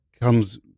comes